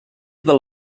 del